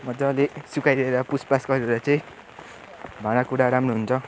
मजाले सुकाइदिएर पुसपास गरेर चाहिँ भाँडाकुँडा राम्रो हुन्छ